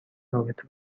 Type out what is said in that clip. رابطه